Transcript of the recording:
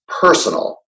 personal